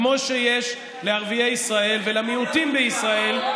כמו שיש לערביי ישראל ולמיעוטים בישראל.